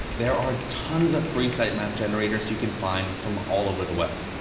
there are tons of free sitemap generators you can find from all over the web.